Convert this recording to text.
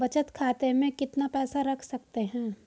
बचत खाते में कितना पैसा रख सकते हैं?